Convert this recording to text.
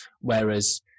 whereas